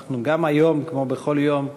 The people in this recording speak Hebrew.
אנחנו גם היום, כמו בכל יום,